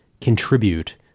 contribute